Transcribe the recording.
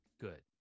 good